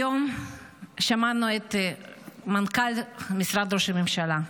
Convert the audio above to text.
היום שמענו את מנכ"ל משרד ראש הממשלה.